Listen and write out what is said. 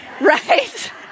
right